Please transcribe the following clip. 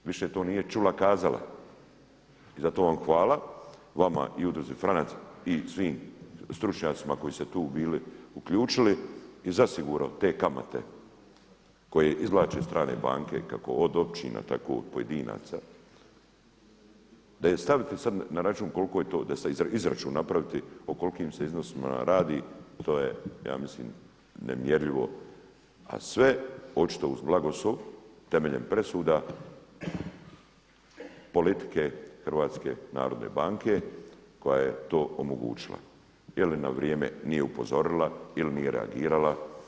Više to nije čula-kazala i zato vam hvala, vama i Udruzi Franak i svim stručnjacima koji ste se tu bili uključili i zasigurno te kamate koje izvlače strane banke, kako od općina, tako i od pojedinaca, da je staviti sada na račun koliko je to, da je izračun napraviti o kolikim se iznosima radi, to je ja mislim nemjerljivo a sve očito uz blagoslov temeljem presuda politike HNB-a koja je to omogućila, je li na vrijeme nije upozorila ili nije reagirala.